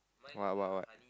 what what what